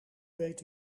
weet